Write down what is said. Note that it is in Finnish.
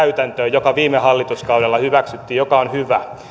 joka viime hallituskaudella hyväksyttiin joka on hyvä